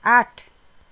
आठ